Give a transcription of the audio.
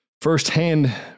First-hand